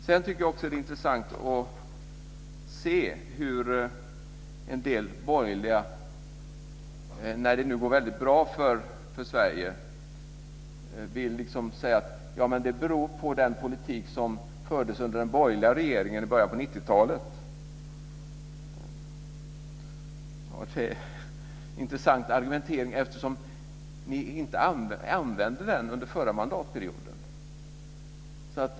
Det är intressant att notera hur en del borgerliga nu när det går väldigt bra för Sverige liksom vill säga att det beror på den politik som fördes under den borgerliga regeringen i början av 90-talet - en intressant argumentering eftersom ni inte använde den under förra mandatperioden.